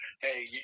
hey